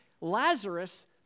Lazarus